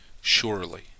Surely